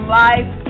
life